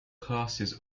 classes